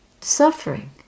suffering